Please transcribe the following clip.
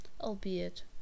Albeit